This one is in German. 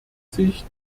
sich